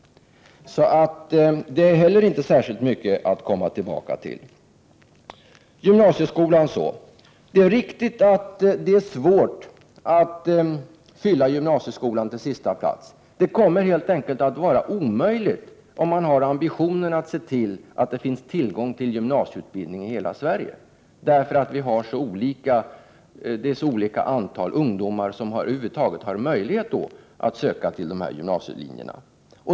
Det är inte heller särskilt mycket att komma tillbaka till. När det gäller gymnasieskolan är det riktigt att det är svårt att fylla gymniasieskolan till sista plats. Det kommer helt enkelt att vara omöjligt, om man har ambitionen att se till att det finns tillgång till gymnasieutbildning i hela Sverige, efter som det på olika orter är så olika antal ungdomar som över huvud taget har möjlighet att söka till gymnasielinjerna.